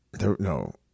No